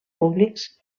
públics